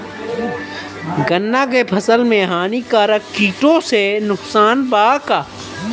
गन्ना के फसल मे हानिकारक किटो से नुकसान बा का?